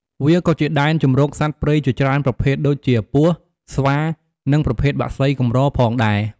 វាក៏ជាដែនជម្រកសត្វព្រៃជាច្រើនប្រភេទដូចជា ពស់ ស្វា និងប្រភេទបក្សីកម្រផងដែរ។